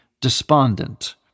despondent